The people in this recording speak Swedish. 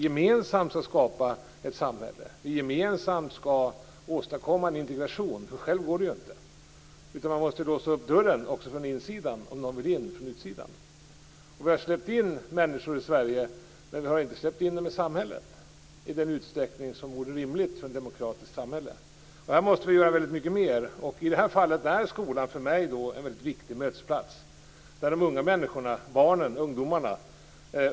Gemensamt skall vi skapa ett samhälle och åstadkomma en integration. Det kan man inte göra ensam. Man måste låsa upp dörren också från insidan om någon vill in från utsidan. Vi har släppt in människor i Sverige, men vi har inte släppt in dem i samhället i den utsträckning som vore rimligt för ett demokratiskt samhälle. Här måste vi göra mycket mer. I detta är skolan en mycket viktig mötesplats, där de unga människorna kan mötas.